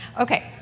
Okay